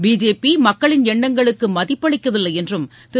பிஜேபிமக்களின் எண்ணங்களுக்குமதிப்பளிக்கவில்லைஎன்றும் திரு